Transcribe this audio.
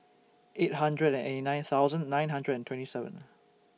eight hundred and eighty nine thousand nine hundred and twenty seven